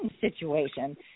situation